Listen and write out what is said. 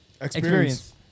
Experience